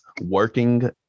working